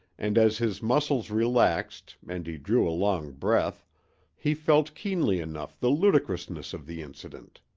and as his muscles relaxed and he drew a long breath he felt keenly enough the ludicrousness of the incident.